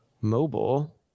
mobile